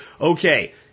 okay